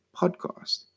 podcast